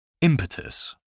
Impetus